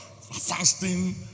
Fasting